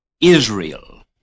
Israel